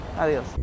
Adiós